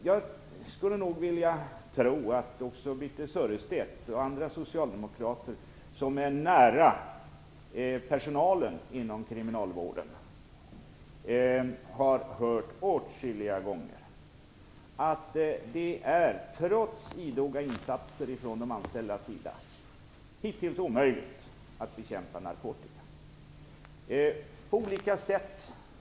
Sanningen är en annan. Jag skulle tro att Birthe Sörestedt och andra socialdemokrater inom kriminalvården åtskilliga gånger har hört att det - trots idoga insatser från de anställda - hittills varit omöjligt att få bort narkotikan. Narkotika kan införas på olika sätt.